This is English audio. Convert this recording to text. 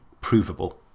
provable